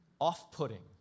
off-putting